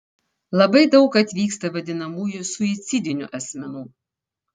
labai daug atvyksta vadinamųjų suicidinių asmenų